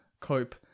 cope